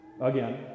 again